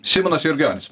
simonas jurgionis